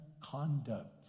conduct